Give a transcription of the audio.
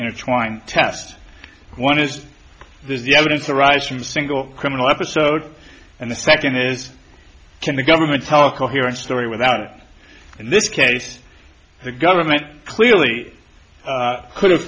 intertwined test one is there's the evidence that arise from a single criminal episode and the second is can the government tell coherent story without it in this case the government clearly could have